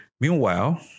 Meanwhile